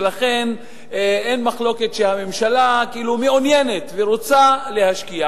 ולכן אין מחלוקת שהממשלה כאילו מעוניינת ורוצה להשקיע.